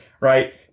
Right